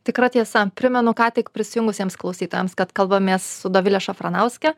tikra tiesa primenu ką tik prisijungusiems klausytojams kad kalbamės su dovile šafranauske